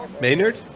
Maynard